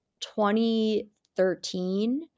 2013